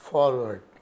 Forward